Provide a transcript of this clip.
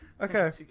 Okay